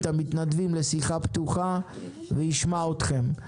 את המתנדבים לשיחה פתוחה וישמע אתכם.